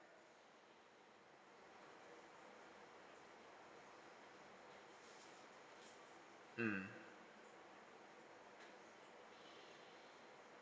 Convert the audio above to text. mm